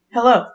Hello